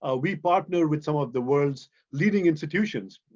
ah we partner with some of the world's leading institutions.